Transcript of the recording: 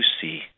see